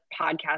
podcast